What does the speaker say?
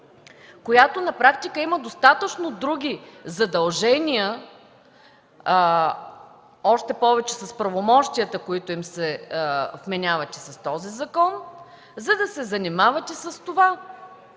която на практика има достатъчно други задължения, още повече с правомощията, които им се вменяват и с този закон, за да се занимават и с това.